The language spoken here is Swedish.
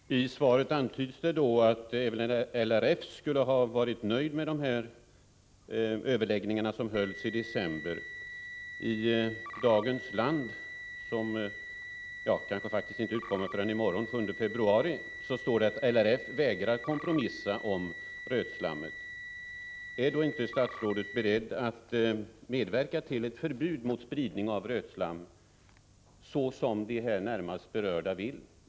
Herr talman! I svaret antyds att även LRF skulle ha varit till freds med överläggningarna som hölls i december. I det nummer av tidningen Land som kommer ut i morgon står det att LRF vägrar kompromissa om rötslammet. Är då inte statsrådet beredd att medverka till ett förbud mot spridning av rötslam, såsom de närmast berörda vill?